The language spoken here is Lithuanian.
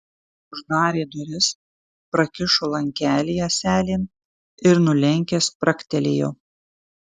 uždarė duris prakišo lankelį ąselėn ir nulenkęs spragtelėjo